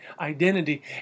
identity